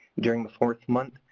during the fourth month,